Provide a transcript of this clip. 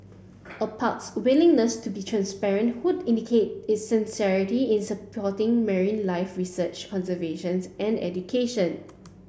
a park's willingness to be transparent would indicate its sincerity in supporting marine life research conservations and education